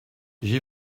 j’ai